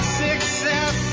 success